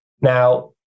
Now